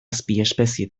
azpiespezie